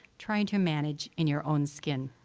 trying to manage in your own skin.